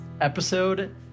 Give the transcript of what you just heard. episode